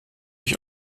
ich